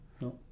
No